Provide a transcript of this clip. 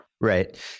Right